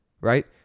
right